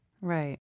Right